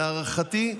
להערכתי,